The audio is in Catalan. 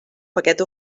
paquet